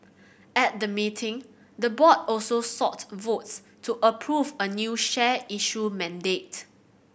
at the meeting the board also sought votes to approve a new share issue mandate